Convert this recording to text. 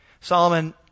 Solomon